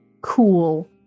cool